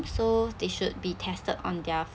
so they should be tested on their